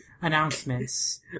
announcements